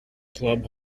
club